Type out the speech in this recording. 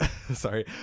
Sorry